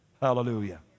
Hallelujah